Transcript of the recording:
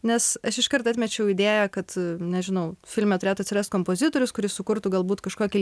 nes aš iškart atmečiau idėją kad nežinau filme turėtų atsirast kompozitorius kuris sukurtų galbūt kažkokį